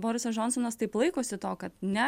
borisas džonsonas taip laikosi to kad ne